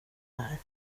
här